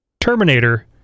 terminator